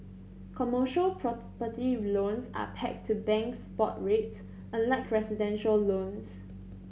commercial property loans are pegged to banks' board rates unlike residential loans